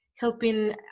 helping